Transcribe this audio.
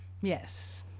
Yes